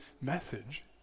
message